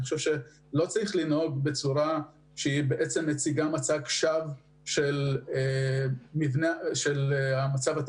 אני חושב שלא צריך לנהוג בצורה שמציגה מצג שווא של המבנה התקציבי.